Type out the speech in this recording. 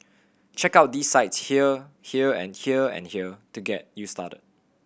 check out these sites here here and here and here to get you started